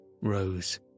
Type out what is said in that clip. rose